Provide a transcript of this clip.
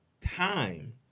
time